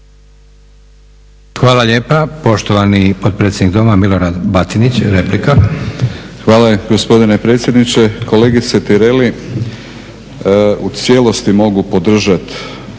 Hvala lijepo. Poštovani potpredsjednik Doma, Milorad Batinić, replika. **Batinić, Milorad (HNS)** Hvala gospodine predsjedniče. Kolegice Tireli, u cijelosti mogu podržati